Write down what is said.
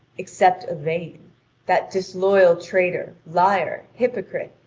except yvain that disloyal traitor, liar, hypocrite,